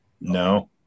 No